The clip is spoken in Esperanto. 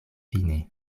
fine